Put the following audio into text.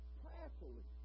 prayerfully